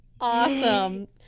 awesome